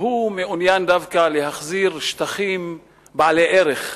והוא מעוניין דווקא להחזיר שטחים בעלי ערך,